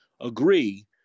agree